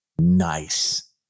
nice